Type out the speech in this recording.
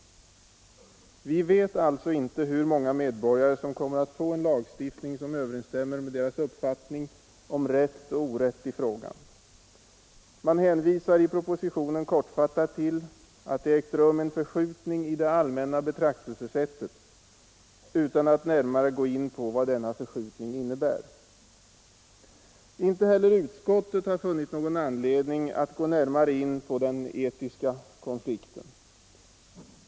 Vi vet alltså inte hur många medborgare som kommer att få en lagstiftning som överensstämmer med deras uppfattning om rätt och orätt i frågan. Man hänvisar i propositionen kortfattat till att det ägt rum en förskjutning i det allmänna betraktelsesättet utan att närmare gå in på vad denna förskjutning innebär. Inte heller utskottet har funnit någon anledning att gå närmare in på den etiska konflikten.